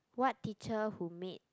what teacher who made